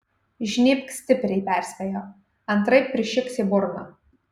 žnybk stipriai perspėjo antraip prišiks į burną